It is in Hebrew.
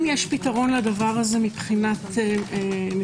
אם יש פתרון לכך מבחינה תקנונית,